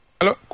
Hello